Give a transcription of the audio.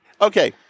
okay